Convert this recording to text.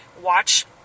watch